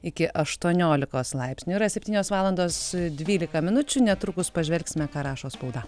iki aštuoniolikos laipsnių yra septynios valandos dvylika minučių netrukus pažvelgsime ką rašo spauda